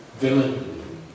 villain